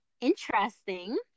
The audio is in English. interesting